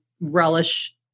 relish